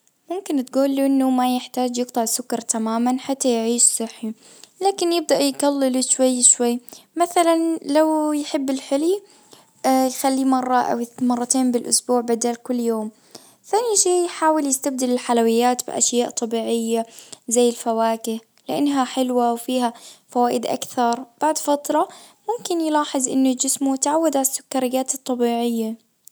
ممكن تقول له انه ما يحتاج يقطع السكر تماما حتى يعيش صحي لكن يبدأ يقلل شوي شوي مثلا لو يحب الحلي يخليه مرة او مرتين بالاسبوع بدال كل يوم ثاني شي يحاول يستبدل الحلويات باشياء طبيعية زي الفواكه لانها حلوة وفيها فوائد اكثر بعد فترة ممكن يلاحظ انه جسمه يتعود على السكريات الطبيعية.